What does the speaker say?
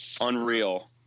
unreal